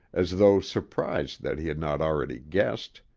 as though surprised that he had not already guessed.